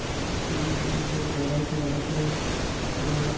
आणखी जर बोलायचं झालं तर आपल्या